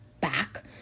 back